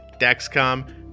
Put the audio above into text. Dexcom